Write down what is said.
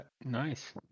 Nice